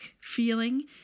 feeling